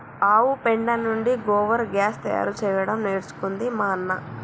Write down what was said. ఆవు పెండ నుండి గోబర్ గ్యాస్ తయారు చేయడం నేర్చుకుంది మా అన్న